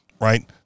right